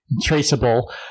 traceable